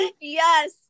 yes